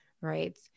right